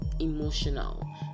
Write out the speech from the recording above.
emotional